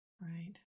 right